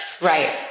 Right